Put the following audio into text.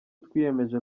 twiyemeje